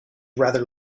rather